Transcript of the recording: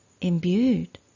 imbued